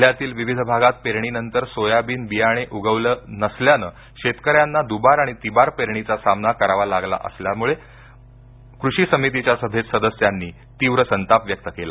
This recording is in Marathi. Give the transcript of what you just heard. जिल्ह्यातील विविध भागात पेरणीनंतर सोयाबीन बियाणे उगवले नसल्याने शेतकऱ्यांना दुबार आणि तिबार पेरणीचा सामना करावा लागला त्यामुळे या मुद्द्यावर कृषी समितीच्या सभेत सदस्यांनी तीव्र संताप व्यक्त केला